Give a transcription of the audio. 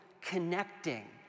connecting